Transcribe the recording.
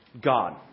God